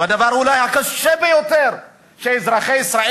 אולי הדבר הקשה ביותר שאזרחי ישראל,